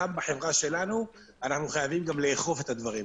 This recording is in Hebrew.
גם בחברה שלנו אנחנו חייבים לאכוף את הדברים.